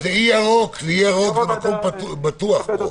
אי ירוק, זה מקום בטוח פה.